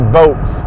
votes